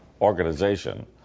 organization